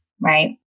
right